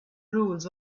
rules